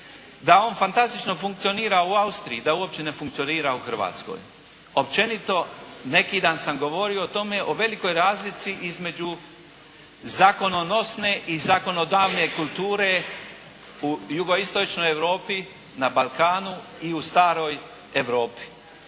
da on fantastično funkcionira u Austriji, da uopće ne funkcionira u Hrvatskoj. Općenito, neki dan sam govorio o tome, o velikoj razlici između zakononosne i zakonodavne kulture u jugoistočnoj Europi, na Balkanu i u staroj Europi.